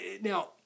Now